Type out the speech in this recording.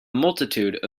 multitude